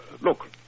look